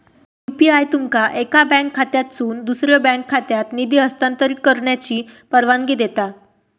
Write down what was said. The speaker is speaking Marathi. यू.पी.आय तुमका एका बँक खात्यातसून दुसऱ्यो बँक खात्यात निधी हस्तांतरित करण्याची परवानगी देता